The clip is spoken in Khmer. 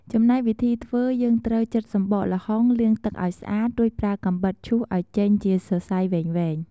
ចំណែកវិធីធ្វើយើងត្រូវ ចិតសម្បកល្ហុង លាងទឹកឲ្យស្អាត រួចប្រើកាំបិតឈូសឲ្យចេញជាសរសៃវែងៗ។